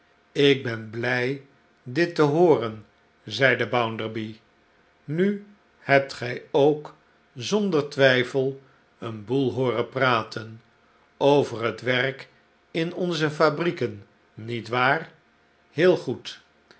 ik ben blij dit tehooren zeide bounderby nu hebt gij ook zonder twijfel een boel hooren praten over het werk in onze fabrieken niet waar heel goed